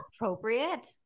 appropriate